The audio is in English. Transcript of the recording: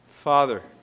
Father